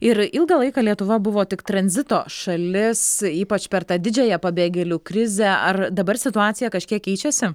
ir ilgą laiką lietuva buvo tik tranzito šalis ypač per tą didžiąją pabėgėlių krizę ar dabar situacija kažkiek keičiasi